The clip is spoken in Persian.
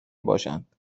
باشند